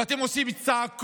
ואתם עושים צעקות: